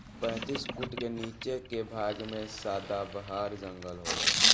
पैतीस फुट के नीचे के भाग में सदाबहार जंगल होला